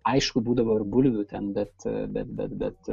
aišku būdavo ir bulvių ten bet bet bet